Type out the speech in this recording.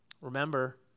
Remember